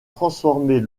transformer